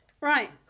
Right